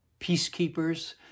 peacekeepers